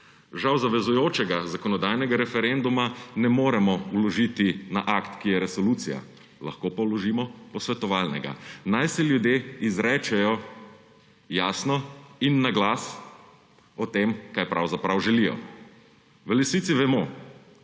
Žal zavezujočega zakonodajnega referenduma ne moremo vložiti na akt, ki je resolucija, lahko pa vložimo posvetovalnega. Naj se ljudje izrečejo jasno in na glas o tem, kaj pravzaprav želijo. V resnici vemo